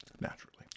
naturally